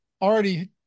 already